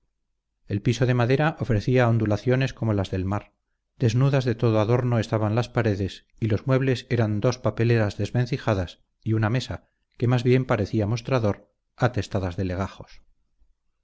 el piso de madera ofrecía ondulaciones como las del mar desnudas de todo adorno estaban las paredes y los muebles eran dos papeleras desvencijadas y una mesa que más bien parecía mostrador atestadas de legajos